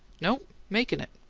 no. making it.